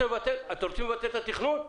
אתם רוצים לבטל את התכנון?